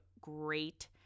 great